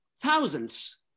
thousands